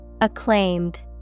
Acclaimed